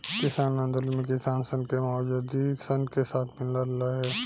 किसान आन्दोलन मे किसान सन के मओवादी सन के साथ मिलल रहे